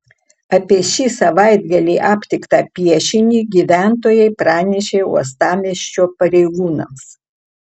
apie šį savaitgalį aptiktą piešinį gyventojai pranešė uostamiesčio pareigūnams